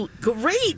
Great